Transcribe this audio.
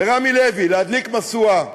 לרמי לוי, להדליק משואה,